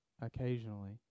occasionally